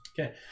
Okay